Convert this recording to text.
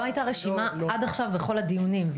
לא הייתה רשימה עד עכשיו בכל הדיונים.